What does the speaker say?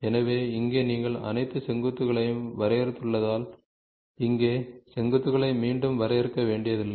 எனவே இங்கே நீங்கள் அனைத்து செங்குத்துகளையும் வரையறுத்துள்ளதால் இங்கே செங்குத்துகளை மீண்டும் வரையறுக்க வேண்டியதில்லை